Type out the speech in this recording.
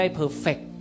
perfect